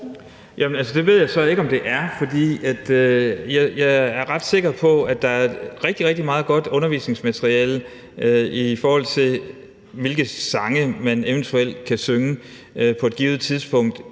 Det ved jeg så ikke om det er, for jeg er ret sikker på, at der er rigtig, rigtig meget godt undervisningsmateriale, med hensyn til hvilke sange man eventuelt kan synge på et givet tidspunkt